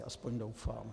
Aspoň doufám.